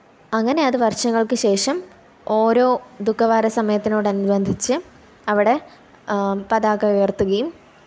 അങ്ങനെ അത് വര്ഷങ്ങള്ക്ക് ശേഷം ഓരോ ദുഃഖവാര സമയത്തിനോടനുബന്ധിച്ച് അവിടെ പതാക ഉയര്ത്തുകയും